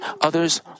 others